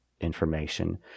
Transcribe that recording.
information